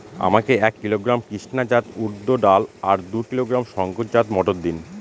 আমাকে এক কিলোগ্রাম কৃষ্ণা জাত উর্দ ডাল আর দু কিলোগ্রাম শঙ্কর জাত মোটর দিন?